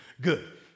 good